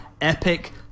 epic